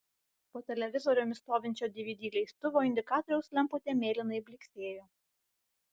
po televizoriumi stovinčio dvd leistuvo indikatoriaus lemputė mėlynai blyksėjo